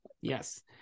Yes